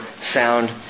sound